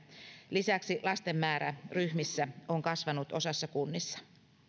lisäksi lasten määrä ryhmissä on kasvanut osassa kunnista